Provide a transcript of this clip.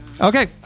Okay